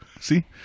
See